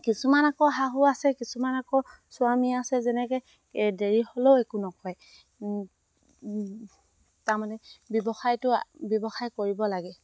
কিছুমান আকৌ শাহু আছে কিছুমান আকৌ স্বামী আছে যেনেকে দেৰি হ'লেও একো নকয় তাৰমানে ব্যৱসায়টো ব্যৱসায় কৰিব লাগে